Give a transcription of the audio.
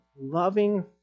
loving